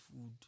food